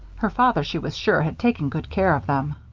her father, she was sure, had taken good care of them.